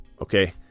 Okay